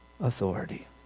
authority